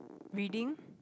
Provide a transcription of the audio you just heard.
reading